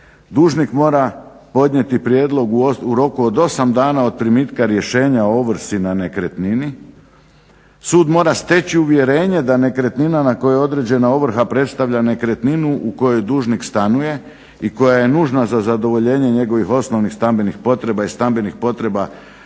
dužnik mora podnijeti prijedlog u roku od 8 dana od primitka rješenja o ovrsi na nekretnini. Sud mora steći uvjerenje da nekretnina na kojoj određena ovrha predstavlja nekretninu u kojoj dužnik stanuje i koja je nužna za zadovoljenje njegovih osnovnih stambenih potreba i stambenih potreba